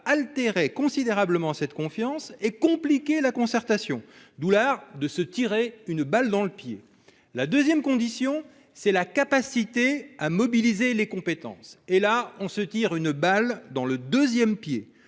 altérer considérablement cette confiance et compliquer la concertation. L'art de se tirer une balle dans le pied ! La seconde condition, c'est la capacité à mobiliser les compétences. Et là, on se tire une balle dans l'autre pied